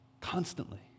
constantly